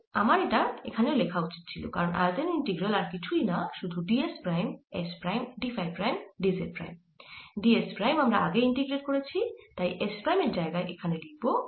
আমার সেটা এখানেও লেখা উচিত ছিল কারণ আয়তন ইন্টিগ্রাল আর কিছুই না শুধু ds prime s prime d phi prime dz prime ds prime আমরা আগেই ইন্টিগ্রেট করেছি তাই s প্রাইম এর জায়গায় এখানে লিখব r